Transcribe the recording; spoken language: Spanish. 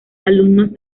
alumnos